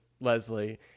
Leslie